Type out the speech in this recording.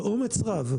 באומץ רב,